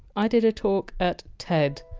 i did a talk at ted.